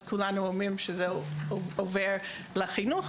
כולנו אמרנו אז שזה עובר לחינוך,